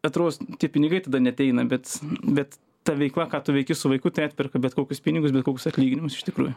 atros tie pinigai tada neateina bet bet ta veikla ką tu veiki su vaiku tai atperka bet kokius pinigus bet kokius atlyginimus iš tikrųjų